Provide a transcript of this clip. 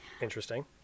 Interesting